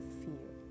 fear